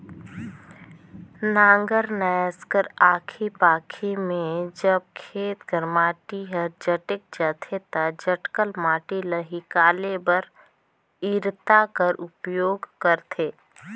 नांगर नाएस कर आखी पाखी मे जब खेत कर माटी हर जटेक जाथे ता जटकल माटी ल हिकाले बर इरता कर उपियोग करथे